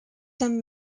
some